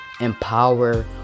empower